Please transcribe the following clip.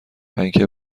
پنکه